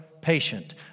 patient